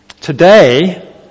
Today